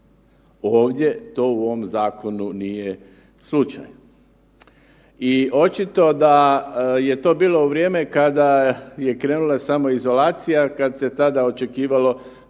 Ovdje to u ovom zakonu nije slučaj. I očito da je to bilo vrijeme kad je krenula samoizolacija, kad se tada očekivalo